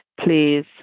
please